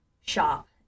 shop